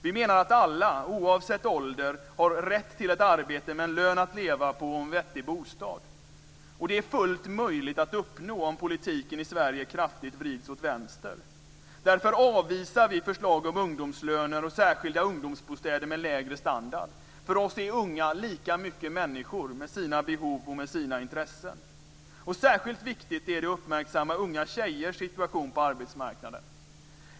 Vi menar att alla, oavsett ålder, har rätt till ett arbete med en lön att leva på och en vettig bostad. Och det är fullt möjligt att uppnå om politiken i Sverige vrids kraftigt åt vänster. Därför avvisar vi förslag om ungdomslöner och särskilda ungdomsbostäder med lägre standard. För oss är unga lika mycket människor, med sina behov och sina intressen. Särskilt viktigt är det att uppmärksamma unga tjejers situation på arbetsmarknaden.